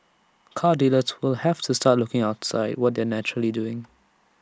car dealers will have to start looking outside what they are naturally doing